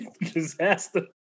disaster